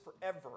forever